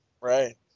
Right